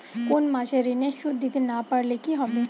কোন মাস এ ঋণের সুধ দিতে না পারলে কি হবে?